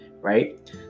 right